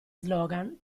slogan